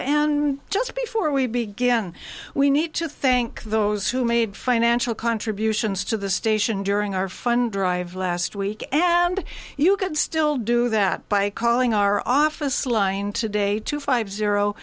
and just before we begin we need to thank those who made financial contributions to the station during our fund drive last week and you could still do that by calling our office line today two five zero